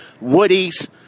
Woody's